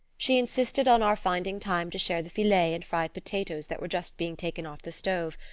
she insisted on our finding time to share the filet and fried potatoes that were just being taken off the stove,